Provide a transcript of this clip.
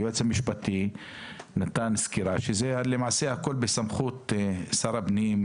היועץ המשפטי נתן סקירה שהכל בסמכות שר הפנים,